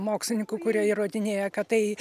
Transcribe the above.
mokslininkų kurie įrodinėja kad tai